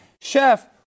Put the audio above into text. Chef